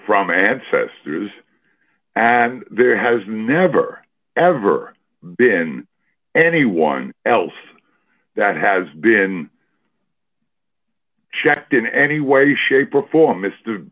from ancestors and there has never ever been anyone else that has been checked in any way shape or form m